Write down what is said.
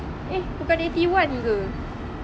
eh bukan eighty one ke